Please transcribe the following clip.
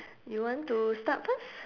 you want to start first